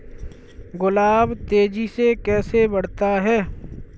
गुलाब तेजी से कैसे बढ़ता है?